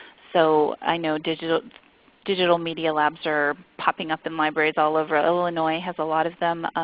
so i know digital digital media labs are popping up in libraries all over. illinois has a lot of them.